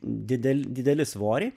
didel dideli svoriai